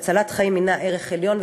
הצלת חיים היא ערך עליון.